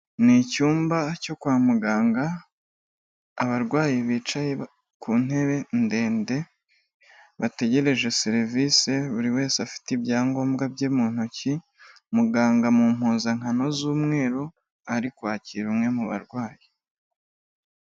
Ni icyumba cyo kwa muganga abarwayi bicaye ku ntebe ndende bategereje serivisi, buri wese afite ibyangombwa bye mu ntoki, muganga mu mpuzankano z'umweru ari kwakira umwe mu barwayi.